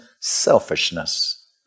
selfishness